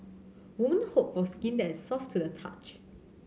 women hope for skin that soft to the touch